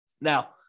Now